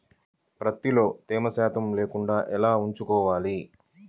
ప్రత్తిలో తేమ శాతం లేకుండా ఎలా నిల్వ ఉంచుకోవాలి?